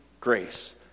grace